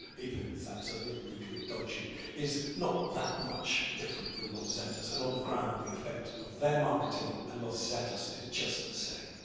even if that's a little legally dodgy is not that much different from los zetas. and on the ground, the effect of their marketing and los zetas is just the same.